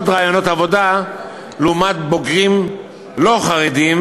ראיונות עבודה לעומת בוגרים לא חרדים,